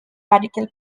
radical